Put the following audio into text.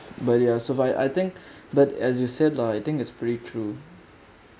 but ya so far I think but as you said lah I think it's pretty true